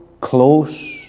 close